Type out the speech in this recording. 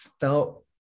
felt